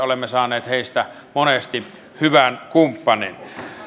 olemme saaneet heistä monesti hyvän kumppanin